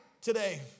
today